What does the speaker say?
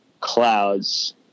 clouds